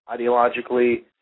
ideologically